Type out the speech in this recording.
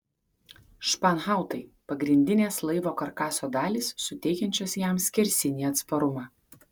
španhautai pagrindinės laivo karkaso dalys suteikiančios jam skersinį atsparumą